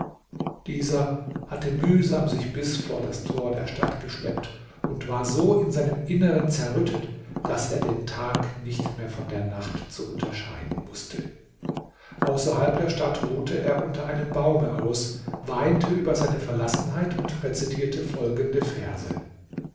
dieser hatte mühsam sich bis vor das tor der stadt geschleppt und war so in seinem inneren zerrüttet daß er den tag nicht mehr von der nacht zu unterscheiden wußte außerhalb der stadt ruhte er unter einem baume aus weinte über seine verlassenheit und rezitierte folgende verse